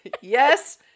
Yes